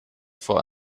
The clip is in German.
vor